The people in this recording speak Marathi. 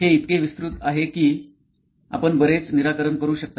हे इतके विस्तृत आहे की आपण बरेच निराकरण करू शकता